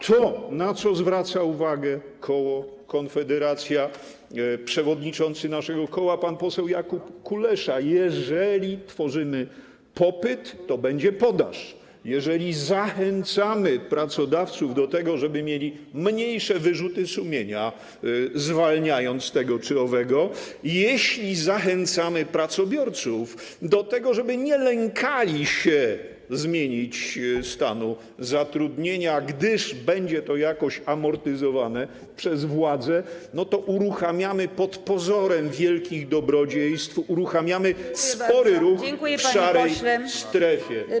To, na co zwraca uwagę koło Konfederacja, przewodniczący naszego koła pan poseł Jakub Kulesza: jeżeli tworzymy popyt, to będzie podaż, jeżeli zachęcamy pracodawców do tego, żeby mieli mniejsze wyrzuty sumienia, zwalniając tego czy owego, jeśli zachęcamy pracobiorców do tego, żeby nie lękali się zmienić stanu zatrudnienia, gdyż będzie to jakoś amortyzowane przez władzę, to pod pozorem wielkich dobrodziejstw uruchamiamy spory ruch w szarej strefie.